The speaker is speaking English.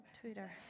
Twitter